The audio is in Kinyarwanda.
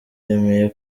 yemeye